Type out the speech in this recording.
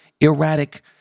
erratic